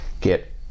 get